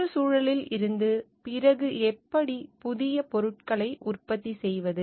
சுற்றுச்சூழலில் இருந்து பிறகு எப்படி புதிய பொருட்களை உற்பத்தி செய்வது